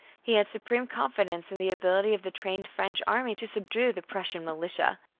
he had supreme confidence in the ability of the trained french army to subdue the prussian militia.